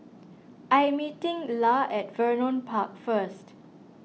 I meeting Llah at Vernon Park first